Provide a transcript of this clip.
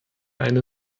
eine